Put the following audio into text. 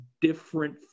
different